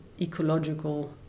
ecological